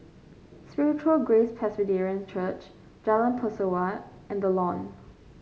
Spiritual Grace Presbyterian Church Jalan Pesawat and The Lawn